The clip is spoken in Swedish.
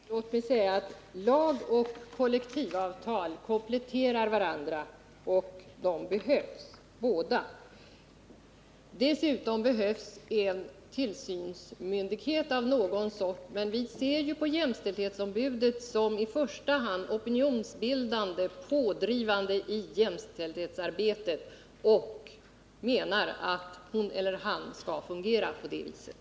Herr talman! Låt mig säga att lag och kollektivavtal kompletterar varandra och de behövs båda. Dessutom behövs en tillsynsmyndighet av någon sort, men vi ser ju på jämställdhetsombudet som i första hand opinionsbildande och pådrivande i jämställdhetsarbetet och menar att hon eller han skall fungera på det viset.